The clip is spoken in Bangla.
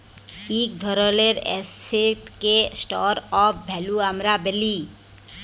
ইক ধরলের এসেটকে স্টর অফ ভ্যালু আমরা ব্যলি